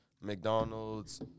McDonald's